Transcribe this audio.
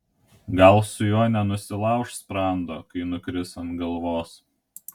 gal su juo nenusilauš sprando kai nukris ant galvos